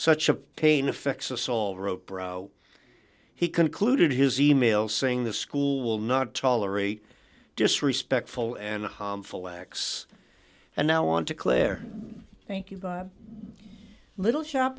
such a pain affects us all wrote bro he concluded his email saying the school will not tolerate disrespectful and harmful acts and now want to claire thank you little shop